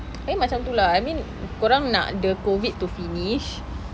tapi macam tu lah I mean korang nak the COVID to finish